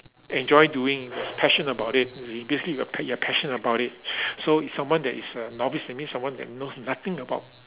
enjoy doing passion about it you see basically you are you are passion about it so if someone that is uh novice that means someone that knows nothing about